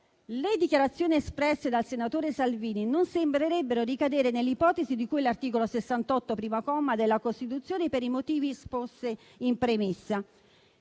Le dichiarazioni espresse dal senatore Salvini non sembrerebbero ricadere nell'ipotesi di cui l'articolo 68, comma primo, della Costituzione per i motivi esposti in premessa.